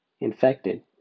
infected